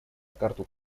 карту